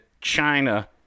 China